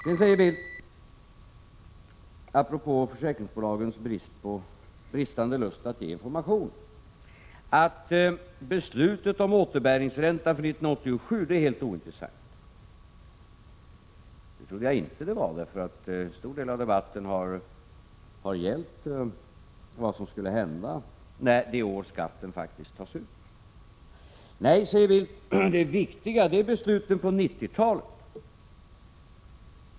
Carl Bildt säger apropå försäkringsbolagens bristande lust att ge information, att beslutet om återbäringsränta 1987 är helt ointressant. Det trodde jag inte att det var, eftersom en stor del av debatten har gällt vad som skulle hända det år skatten faktiskt tas ut. Nej, säger Carl Bildt, det viktiga är besluten på 1990-talet.